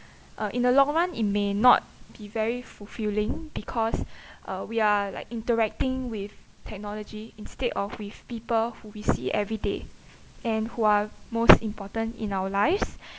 uh in the long run it may not be very fulfilling because uh we are like interacting with technology instead of with people who we see every day and who are most important in our lives